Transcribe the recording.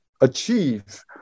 achieve